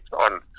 on